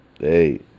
hey